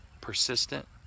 persistent